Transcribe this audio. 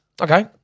Okay